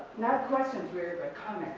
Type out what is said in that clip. not questions, really, but